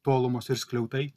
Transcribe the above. tolumos ir skliautai